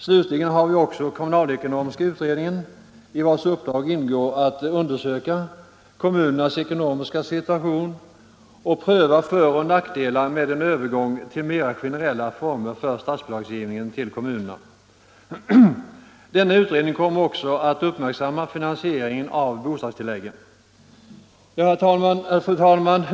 Slutligen har vi också kommunalekonomiska utredningen, i vars uppdrag ingår att undersöka kommunernas ekonomiska situation och pröva föroch nackdelar med en övergång till mera generella former för statsbidragsgivningen till kommunerna. Denna utredning kommer också att uppmärksamma finansieringen av bostadstilläggen. Fru talman!